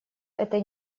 этой